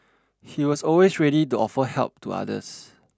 he was always ready to offer help to others